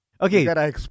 Okay